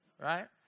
right